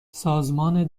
سازمان